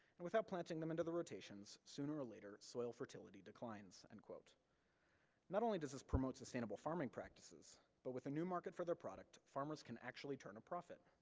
and without planting them into the rotations, sooner or later soil fertility declines. and not only does this promote sustainable farming practices, but with a new market for their product, farmers can actually turn a profit.